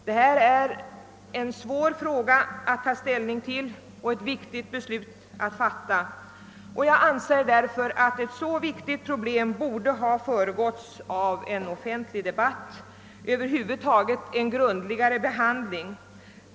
Det här är en svår fråga att ta ställning till och ett viktigt beslut att fatta. Jag anser att ett så viktigt problem borde ha föregåtts av en offentlig debatt och över huvud taget ha fått en grundligare behandling.